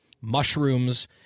mushrooms